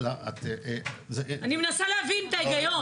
אני מנסה להבין את ההיגיון.